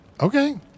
Okay